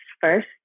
first